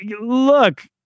Look